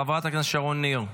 חברת הכנסת שרון ניר,